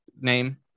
name